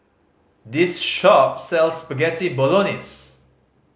this shop sells Spaghetti Bolognese